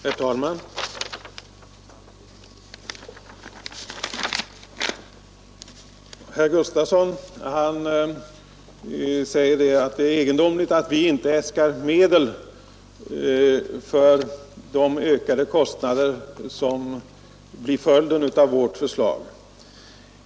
Herr talman! Herr Gustavsson i Eskilstuna säger att det är egendomligt att vi inte äskar medel för de ökade kostnader som blir följden av vårt förslag.